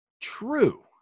true